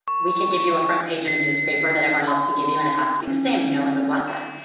we can give you a front page of a newspaper that everyone else can give you, and it has to be the same. and no one would want that.